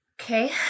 Okay